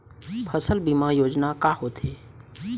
फसल बीमा योजना का होथे?